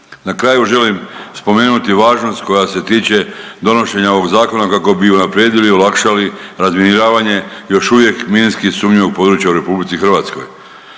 Na kraju, želim spomenuti važnost koja se tiče donošenja ovog Zakona, kako bi unaprijedili i olakšali razminiravanje još uvijek minski sumnjivog područja u RH. Hrvatskoj